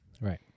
Right